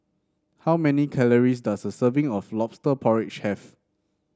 how many calories does a serving of lobster porridge have